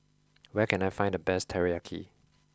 where can I find the best Teriyaki